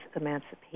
emancipation